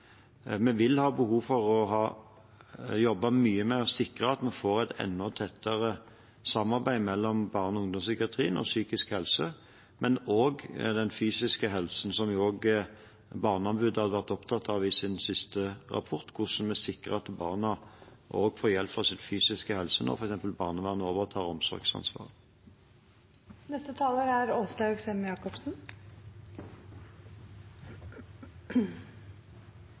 vi vil ha behov for å jobbe mye med å sikre at vi får et enda tettere samarbeid mellom barne- og ungdomspsykiatrien og psykisk helse, men også den fysiske helsen, som jo barneombudet har vært opptatt av i sin siste rapport, hvordan vi sikrer at barna får hjelp for sin fysiske helse, f.eks. når barnevernet overtar omsorgsansvaret. Vi har et stort problem her i landet om dagen, og det er